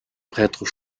prêtre